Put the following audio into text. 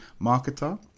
marketer